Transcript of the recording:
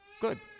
Good